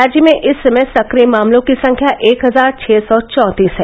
राज्य में इस समय सक्रिय मामलों की संख्या एक हजार छ सौ चौंतीस है